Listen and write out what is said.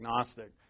agnostic